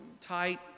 tight